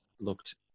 looked